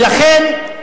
ולכן,